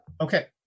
Okay